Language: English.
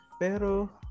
Pero